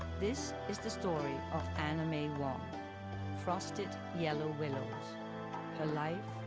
this is the story of anna may wong frosted yellow willows her life,